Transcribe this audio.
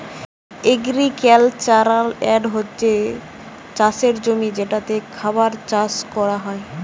agricultural land হচ্ছে চাষের জমি যেটাতে খাবার চাষ কোরা হয়